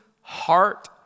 heart